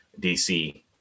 DC